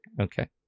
Okay